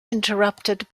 interrupted